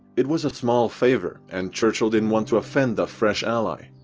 it was a small favor and churchill didn't want to offend a fresh ally.